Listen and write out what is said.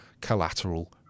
collateral